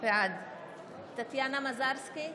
בעד טטיאנה מזרסקי,